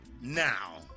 now